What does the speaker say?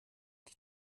die